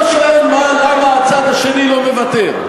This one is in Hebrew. למה אתה לא שואל למה הצד השני לא מוותר?